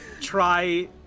try